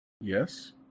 Yes